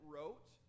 wrote